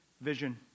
vision